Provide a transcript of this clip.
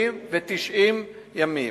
60 ו-90 ימים.